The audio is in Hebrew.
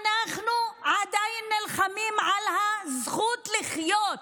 אנחנו עדיין נלחמים על הזכות לחיות,